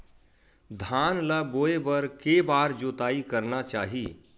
धान ल बोए बर के बार जोताई करना चाही?